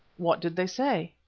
what did they say?